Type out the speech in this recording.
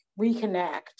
reconnect